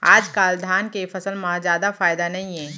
आजकाल धान के फसल म जादा फायदा नइये